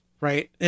right